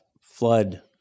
flood